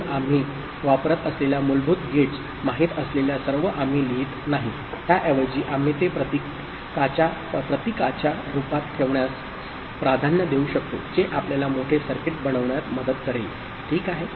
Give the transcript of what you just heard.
म्हणून आम्ही वापरत असलेल्या मूलभूत गेट्स माहित असलेल्या सर्व आम्ही लिहित नाही त्याऐवजी आम्ही ते प्रतीकाच्या रूपात ठेवण्यास प्राधान्य देऊ शकतो जे आपल्याला मोठे सर्किट बनविण्यात मदत करेल ठीक आहे